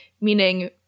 Meaning